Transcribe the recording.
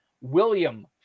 William